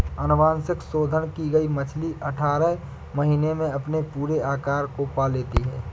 अनुवांशिक संशोधन की गई मछली अठारह महीने में अपने पूरे आकार को पा लेती है